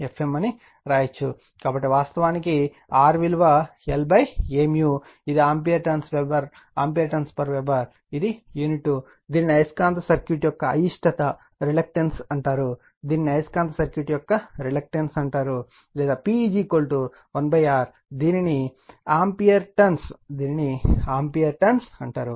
కాబట్టి వాస్తవానికి R విలువ lA ఇది ఆంపియర్ టర్న్స్ వెబర్ ఇది యూనిట్ దీనిని అయస్కాంత సర్క్యూట్ యొక్క అయిష్టత అంటారు దీనిని అయస్కాంత సర్క్యూట్ యొక్క రిలక్టెన్స్ అంటారు లేదా P 1 R దీనిని వెబర్ ఆంపియర్ టర్న్స్ అంటారు